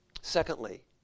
Secondly